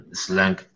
slang